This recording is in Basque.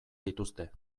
dituzte